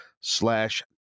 slash